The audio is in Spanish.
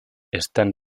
están